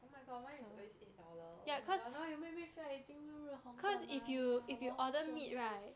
oh my god mine is always eight dollar oh my god now you make me feel like eating 日日红的麻辣